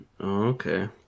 Okay